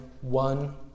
one